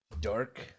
Dark